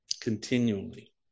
continually